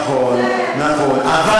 כל פעם הולכים לבג"ץ, נכון, נכון, נכון.